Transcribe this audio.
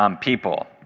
people